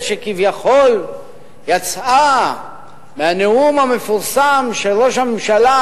שכביכול יצאה מהנאום המפורסם של ראש הממשלה,